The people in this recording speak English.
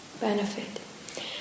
benefit